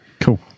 cool